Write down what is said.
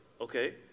okay